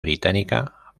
británica